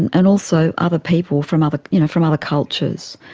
and and also other people, from other you know from other cultures.